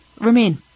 remain